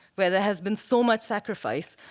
where there has been so much sacrifice,